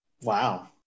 Wow